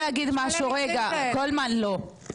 אבל יש מלא מקרים כאלה.